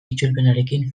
itzulpenarekin